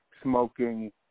Smoking